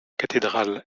cathédrale